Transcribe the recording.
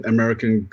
American